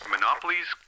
Monopolies